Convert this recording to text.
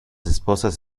esposas